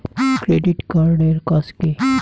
Credit card এর কাজ কি?